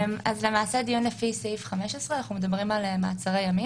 למעשה דיון לפי סעיף 15 - אנחנו מדברים על מעצרי ימים,